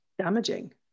damaging